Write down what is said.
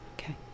Okay